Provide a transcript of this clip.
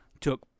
took